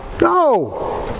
No